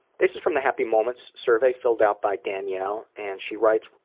this is from the happy moments survey filled out by danielle. and she writes,